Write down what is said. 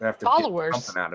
Followers